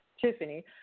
Tiffany